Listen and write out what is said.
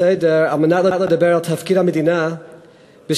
לסדר-היום כדי לדבר על תפקיד המדינה בשמירה